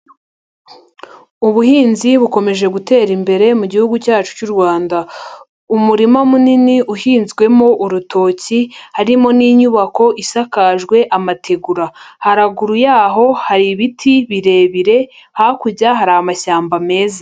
Ubuhinzi bukomeje gutera imbere mu gihugu cyacu cy'u Rwanda, umurima munini uhinzwemo urutoki harimo n'inyubako isakajwe amateguram haruguru yaho hari ibiti birebire, hakurya hari amashyamba meza.